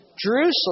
Jerusalem